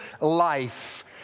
life